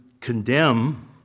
condemn